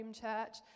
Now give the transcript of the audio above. church